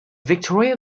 victoria